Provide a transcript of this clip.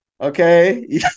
okay